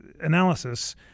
analysis